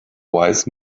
wise